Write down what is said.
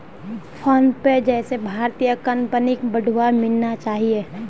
PhonePe जैसे भारतीय कंपनिक बढ़ावा मिलना चाहिए